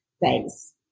base